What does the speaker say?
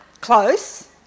Close